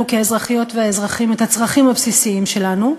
כאזרחיות ואזרחים את הצרכים הבסיסיים שלנו,